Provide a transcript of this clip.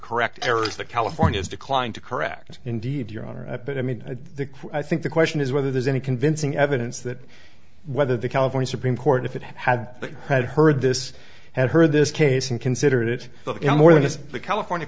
correct errors that california's declined to correct indeed your honor i mean i think the question is whether there's any convincing evidence that whether the california supreme court if it had had heard this had heard this case and considered it more than just the california